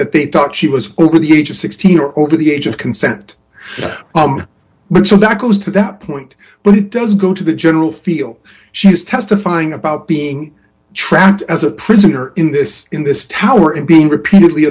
that they thought she was over the age of sixteen or over the age of consent but so that goes to that point but it does go to the general feel she's testifying about being trapped as a prisoner in this in this tower and being repeatedly